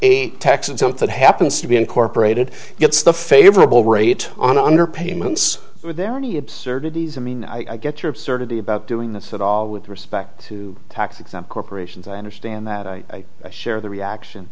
a tax and something happens to be incorporated gets the favorable rate on under payments are there any absurdities i mean i get your absurdity about doing this at all with respect to tax exempt corporations i understand that i share the reaction